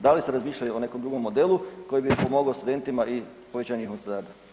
Da li ste razmišljali o nekom drugom modelu koji bi pomogao studentima i povećanje njihovog standarda?